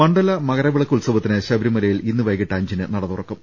മണ്ഡല മകര വിളക്ക് ഉത്സവത്തിന് ശബരിമലയിൽ ഇന്ന് വൈകിട്ട് അഞ്ചിന് നട തുറക്കും